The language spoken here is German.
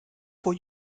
vor